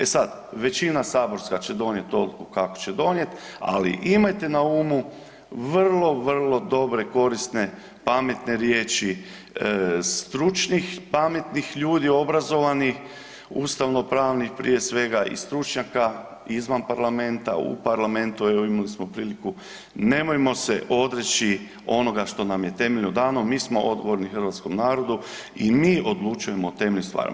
E sad, većina saborska će donijet odluku kakvu će donijet, ali imajte na umu vrlo, vrlo dobre korisne, pametne riječi stručnih pametnih ljudi, obrazovanih, ustavno pravnih prije svega i stručnjaka izvan parlamentu, u parlamentu, evo imali smo priliku nemojmo se odreći onoga što nam je temeljno dano, mi smo odgovorni hrvatskom narodu i mi odlučujemo o temeljnim stvarima.